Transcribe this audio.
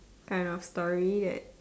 kind of story that